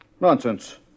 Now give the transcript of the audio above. Nonsense